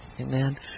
Amen